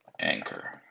Anchor